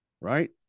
right